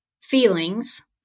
feelings